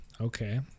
okay